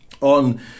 on